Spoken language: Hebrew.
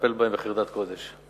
ונטפל בהן בחרדת קודש.